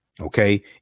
Okay